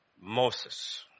Moses